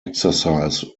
exercise